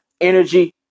energy